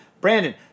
Brandon